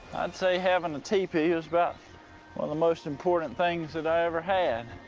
i'd say having a tepee is about one of the most important things that i ever had.